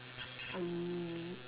I'm